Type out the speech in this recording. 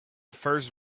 first